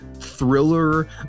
thriller